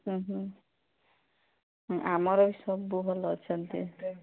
ଆମର ବି ସବୁ ଭଲ ଅଛନ୍ତି